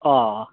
ओ ओ